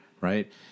Right